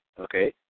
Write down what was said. okay